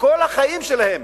שכל חייהם